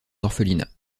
orphelinat